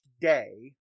day